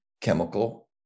chemical